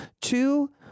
two